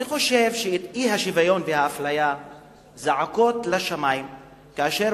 אני חושב שהאי-שוויון והאפליה זועקים לשמים כאשר